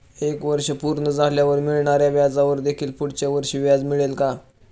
एक वर्ष पूर्ण झाल्यावर मिळणाऱ्या व्याजावर देखील पुढच्या वर्षी व्याज मिळेल का?